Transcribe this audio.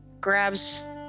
grabs